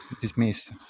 dismiss